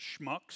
schmucks